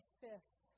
fifth